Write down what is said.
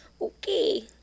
Okay